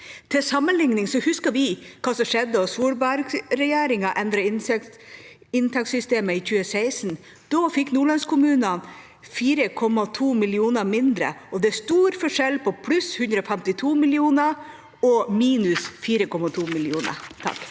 Til sammenlikning husker vi hva som skjedde da Solberg-regjeringa endret inntektssystemet i 2016. Da fikk nordlandskommunene 4,2 mill. kr mindre. Det er stor forskjell på pluss 152 mill. kr og minus 4,2 mill. kr.